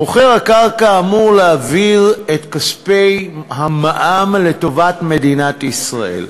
מוכר הקרקע אמור להעביר את כספי המע"מ לטובת מדינת ישראל.